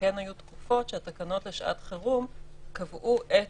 כן היו תקופות שהן קבעו את